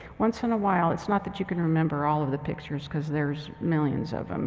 once in a while, it's not that you can remember all of the pictures, cause there's millions of em.